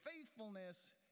faithfulness